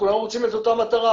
וכולנו רוצים את אותה מטרה